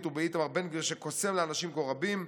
ובאיתמר בן גביר שקוסם לאנשים כה רבים.